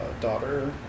daughter